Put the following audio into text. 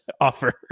offer